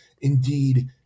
indeed –